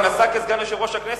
הוא גם נסע כסגן יושב-ראש הכנסת,